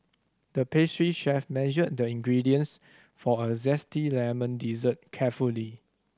the pastry chef measured the ingredients for a zesty lemon dessert carefully